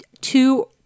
two